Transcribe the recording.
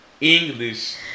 English